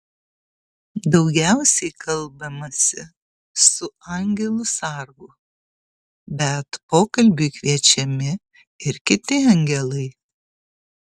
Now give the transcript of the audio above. daugiausiai kalbamasi su angelu sargu bet pokalbiui kviečiami ir kiti angelai